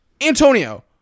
Antonio